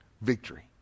victory